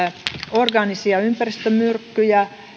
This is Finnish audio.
orgaanisia ympäristömyrkkyjä